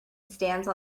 stance